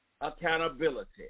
accountability